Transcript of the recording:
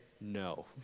no